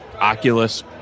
Oculus